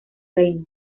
reino